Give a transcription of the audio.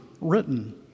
written